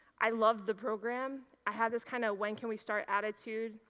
i loved the program, i had this kind of when can we start attitude,